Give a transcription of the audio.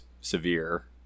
severe